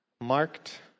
marked